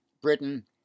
Britain